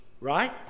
Right